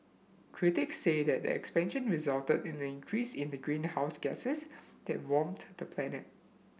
critics say that the expansion resulted in an increase in the greenhouse gases that warm the planet